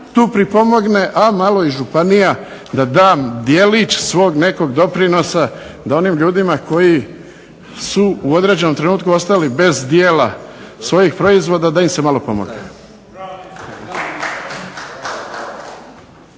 tu pripomogne, a malo i županija da da dijelić svog nekog doprinosa da onim ljudima koji su u određenom trenutku ostali bez dijela svojih proizvoda da im se malo pomogne.